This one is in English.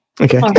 okay